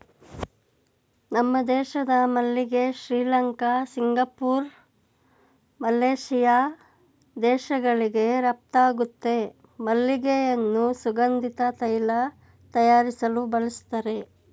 ನಮ್ಮ ದೇಶದ ಮಲ್ಲಿಗೆ ಶ್ರೀಲಂಕಾ ಸಿಂಗಪೂರ್ ಮಲೇಶಿಯಾ ದೇಶಗಳಿಗೆ ರಫ್ತಾಗುತ್ತೆ ಮಲ್ಲಿಗೆಯನ್ನು ಸುಗಂಧಿತ ತೈಲ ತಯಾರಿಸಲು ಬಳಸ್ತರೆ